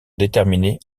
déterminés